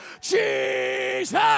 Jesus